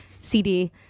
CD